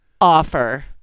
offer